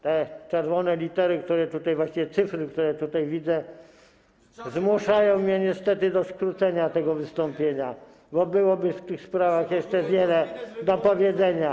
Te czerwone litery, a właściwie cyfry, które tutaj widzę, zmuszają mnie niestety do skrócenia tego wystąpienia, a byłoby w tych sprawach jeszcze wiele do powiedzenia.